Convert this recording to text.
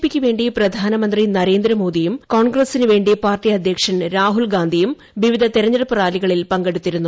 P ക്കുവേണ്ടി പ്രധാന്മിന്തിട് നരേന്ദ്രമോദിയും കോൺഗ്രസിനുവേണ്ടി പാർട്ടി അധ്യക്ഷ്ൻ ്ട്രാഹുൽ ഗാന്ധിയും വിവിധ തിരഞ്ഞെടുപ്പ് റാലികളിൽ പങ്കെടൂത്തിരുന്നു